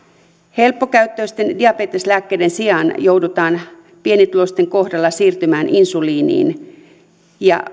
helppokäyttöisten diabeteslääkkeiden sijaan joudutaan pienituloisten kohdalla siirtymään insuliiniin ja